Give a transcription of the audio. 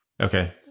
Okay